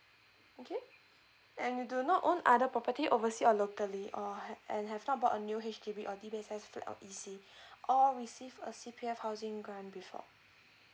okay and you do not own other property oversea or locally or ha~ and have not bought a new H_D_B or D_B_S_S flat or E_C or receive a C_P_F housing grant before